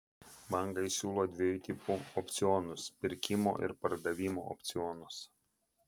bankai siūlo dviejų tipų opcionus pirkimo ir pardavimo opcionus